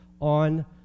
on